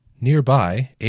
Nearby